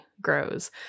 grows